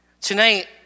Tonight